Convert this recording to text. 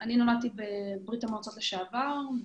אני נולדתי בברית המועצות לשעבר.